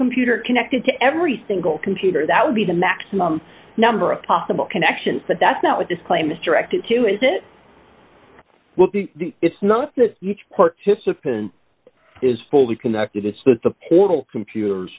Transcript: computer connected to every single computer that would be the maximum number of possible connections but that's not what this claim is directed to is it it's not that each participant is fully connected it's that the portal computers